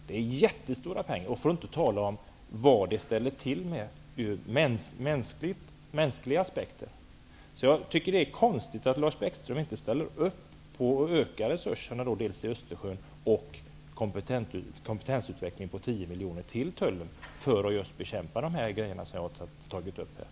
Det är jättestora pengar, för att inte tala om vad det ställer till med ur mänskliga aspekter. Jag tycker att det är konstigt att Lars Bäckström inte ställer upp på att dels öka resurserna i fråga om Östersjöområdet, dels anslå 10 miljoner till kompetensutveckling inom Tullen.